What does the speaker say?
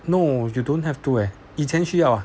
no you don't have to eh 以前需要啊